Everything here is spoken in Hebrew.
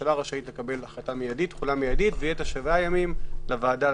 שהממשלה רשאית לקבל החלטה מידית בתחולה מידית ויש לוועדה 7 ימים לדון.